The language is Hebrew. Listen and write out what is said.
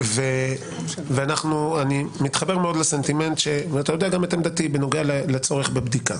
אני מתחבר מאוד לסנטימנט ואתה יודע גם את עמדתי בנוגע לצורך בבדיקה,